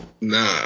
Nah